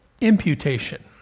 imputation